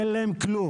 אין להן כלום.